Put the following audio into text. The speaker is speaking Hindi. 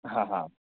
हाँ हाँ